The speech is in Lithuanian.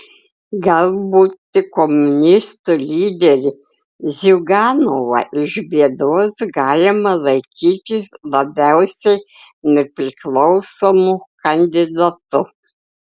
galbūt tik komunistų lyderį ziuganovą iš bėdos galima laikyti labiausiai nepriklausomu kandidatu